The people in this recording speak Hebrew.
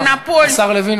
בבקשה.